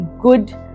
good